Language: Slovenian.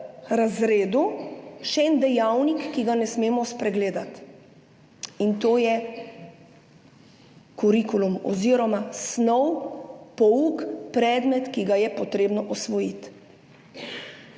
razredu še en dejavnik, ki ga ne smemo spregledati, in to je kurikulum oziroma snov, pouk, predmet, ki ga je potrebno osvojiti.